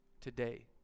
today